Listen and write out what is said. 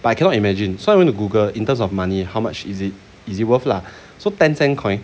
I cannot imagine so I went to google in terms of money how much is it is it worth lah so ten cent coin